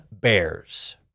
Bears